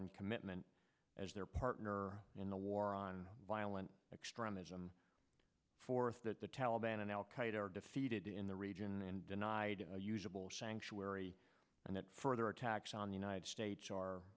and commitment as their partner in the war on violent extremism for us that the taliban and al qaeda are defeated in the region and denied usable sanctuary and that further attacks on the united states are